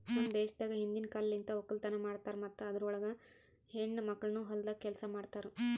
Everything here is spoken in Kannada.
ನಮ್ ದೇಶದಾಗ್ ಹಿಂದಿನ್ ಕಾಲಲಿಂತ್ ಒಕ್ಕಲತನ ಮಾಡ್ತಾರ್ ಮತ್ತ ಅದುರ್ ಒಳಗ ಹೆಣ್ಣ ಮಕ್ಕಳನು ಹೊಲ್ದಾಗ್ ಕೆಲಸ ಮಾಡ್ತಿರೂ